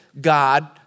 God